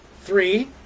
three